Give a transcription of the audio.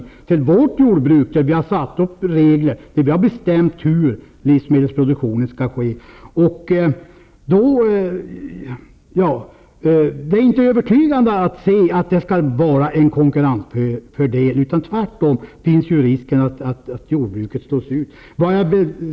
Inte heller är den till gagn för vårt jordbruk, och i det sam manhanget finns det ju regler om hur livsmedelsproduktionen skall ske. Jag är inte övertygad om att det skulle innebära en konkurrensfördel, tvärtom. Jag menar att risken finns att jordbruket slås ut.